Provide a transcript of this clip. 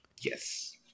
Yes